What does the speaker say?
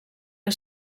que